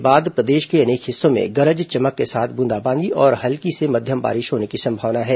आगामी दो दिनों के बाद प्रदेश के अनेक हिस्सों में गरज चमक के साथ ब्रंदाबांदी और हल्की से मध्यम बारिश होने की संभावना है